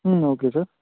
ம் okay sir